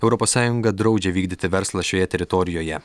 europos sąjunga draudžia vykdyti verslą šioje teritorijoje